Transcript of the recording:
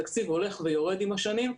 התקציב הולך ויורד עם השנים,